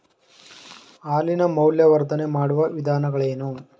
ಹಾಲಿನ ಮೌಲ್ಯವರ್ಧನೆ ಮಾಡುವ ವಿಧಾನಗಳೇನು?